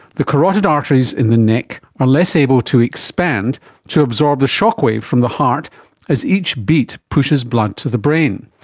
the carotid arteries in the neck are less able to expand to absorb the shock wave from the heart as each beat pushes blood to the brain.